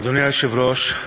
אדוני היושב-ראש,